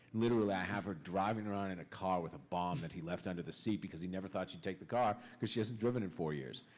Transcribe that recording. literally, i'll have her driving around and a car with a bomb that he left under the seat because he never thought she'd take the car, because she hasn't driven in four years.